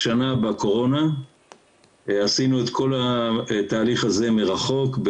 השנה בקורונה עשינו את כל התהליך הזה מרחוק,